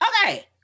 Okay